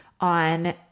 on